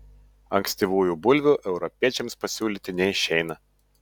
ankstyvųjų bulvių europiečiams pasiūlyti neišeina